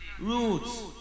Roots